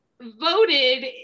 voted